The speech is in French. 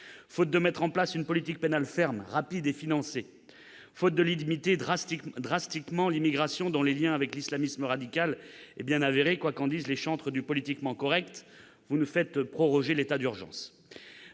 faute de mettre en place une politique pénale ferme, rapide et financée, faute de limiter drastiquement l'immigration, dont les liens avec l'islamisme radical sont bien avérés, quoi qu'en disent les chantres du politiquement correct, vous nous faites proroger l'état d'urgence.